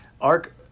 ARC